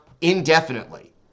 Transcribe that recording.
indefinitely